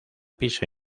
piso